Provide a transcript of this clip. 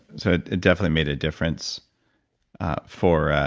so it definitely made a difference for